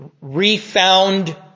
refound